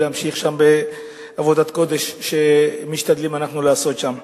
ונמשיך שם בעבודת הקודש שאנחנו משתדלים לעשות שם.